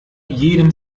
jedem